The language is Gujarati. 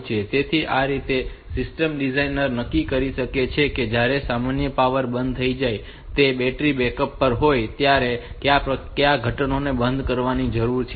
તેથી આ રીતે આ સિસ્ટમ ડિઝાઇનર નક્કી કરી શકે છે કે જ્યારે સામાન્ય પાવર બંધ થઈ જાય અને તે બેટરી બેકઅપ પર હોય ત્યારે કયા ઘટકોને બંધ કરવાની જરૂર હોય છે